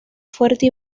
fuerte